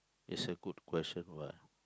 is a good question what